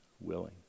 willing